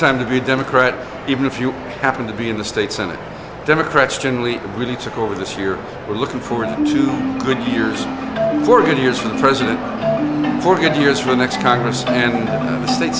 time to be a democrat even if you happen to be in the state senate democrats generally when he took over this year were looking forward to good years or good years for the president for good years for the next congress and they